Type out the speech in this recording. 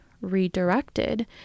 redirected